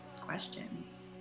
questions